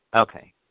Okay